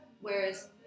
Whereas